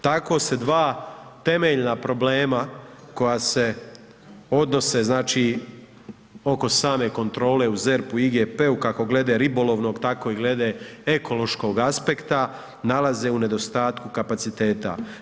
Tako se dva temeljna problema koja se odnose znači oko same kontrole u ZERP-u i IGP-u kako glede ribolovnog, tako i glede ekološko aspekta nalaze u nedostatku kapaciteta.